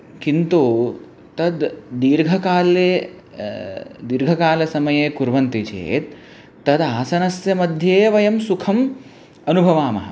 किन्तु तद् दीर्घकाले दीर्घकालसमये कुर्वन्ति चेत् तद् आसनस्य मध्ये वयं सुखम् अनुभवामः